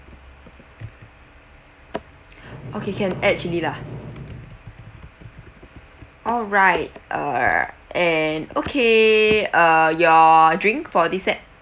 okay can add chili lah alright err and okay uh your drink for this set